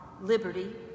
liberty